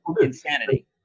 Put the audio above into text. Insanity